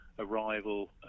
Arrival